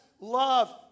love